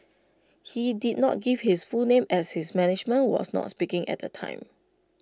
he did not give his full name as his management was not speaking at the time